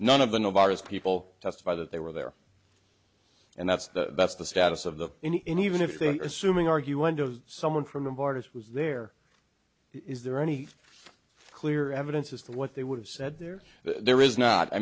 none of the navarros people testify that they were there and that's the that's the status of the in even if they are assuming argue went to someone from the borders was there is there any clear evidence as to what they would have said there there is not i